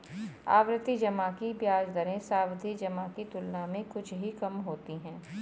आवर्ती जमा की ब्याज दरें सावधि जमा की तुलना में कुछ ही कम होती हैं